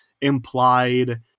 implied